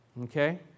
okay